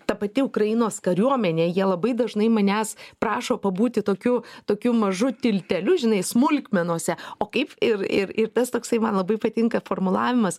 ta pati ukrainos kariuomenė jie labai dažnai manęs prašo pabūti tokiu tokiu mažu tilteliu žinai smulkmenose o kaip ir ir ir tas toksai man labai patinka formulavimas